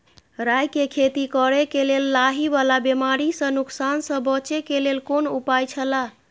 राय के खेती करे के लेल लाहि वाला बिमारी स नुकसान स बचे के लेल कोन उपाय छला?